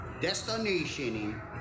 destination